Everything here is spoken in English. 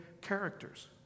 characters